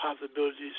possibilities